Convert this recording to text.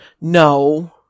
No